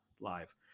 live